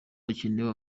hakenewe